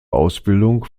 ausbildung